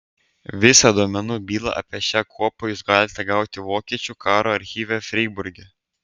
visą duomenų bylą apie šią kuopą jūs galite gauti vokiečių karo archyve freiburge